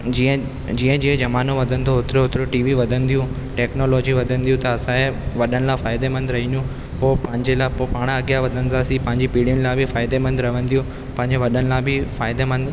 जीअं जीअं जीअं जमानो वधंदो ओतिरो ओतिरो टीवी वधंदियूं टैक्नोलॉजी वधंदियूं त असांजे वॾनि लाइ फ़ाइदेमंद रहंदियूं पोइ पंहिंजे लाइ पोइ पाण अॻिया वधंदा जेकी पंहिंजी पीढ़ीनि लाइ बि फ़ाइदेमंद रहंदियूं पंहिंजे वॾनि लाइ बि फ़ाइदेमंद